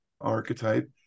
archetype